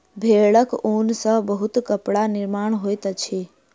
भेड़क ऊन सॅ बहुत कपड़ा निर्माण होइत अछि